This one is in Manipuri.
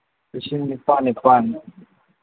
ꯂꯤꯁꯤꯡ ꯅꯤꯄꯥꯟ ꯅꯤꯄꯥꯟ